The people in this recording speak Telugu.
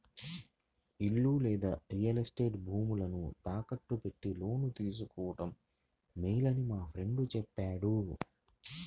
ఇల్లు లేదా రియల్ ఎస్టేట్ భూములను తాకట్టు పెట్టి లోను తీసుకోడం మేలని మా ఫ్రెండు చెప్పాడు